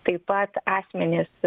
taip pat asmenys